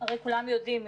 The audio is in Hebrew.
הרי כולם יודעים.